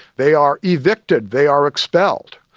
they are evicted, they are expelled.